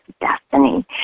destiny